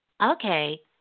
Okay